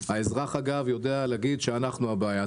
אגב האזרח יודע להגיד שאנחנו הבעיה.